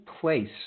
place